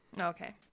Okay